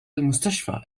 المستشفى